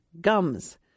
gums